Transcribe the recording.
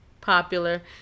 popular